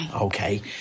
Okay